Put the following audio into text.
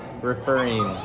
Referring